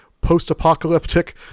post-apocalyptic